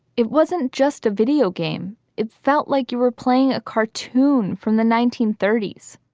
it wasn't just a video game. it felt like you were playing a cartoon from the nineteen thirty s.